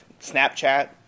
Snapchat